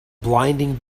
blinding